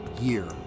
Year